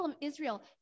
Israel